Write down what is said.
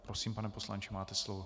Prosím, pane poslanče, máte slovo.